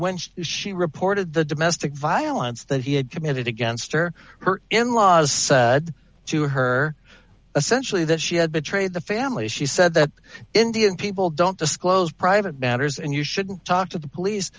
when she reported the domestic violence that he had committed against her her in laws said to her essentially that she had betrayed the family she said that indian people don't disclose private matters and you shouldn't talk to the police